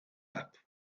app